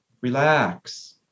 relax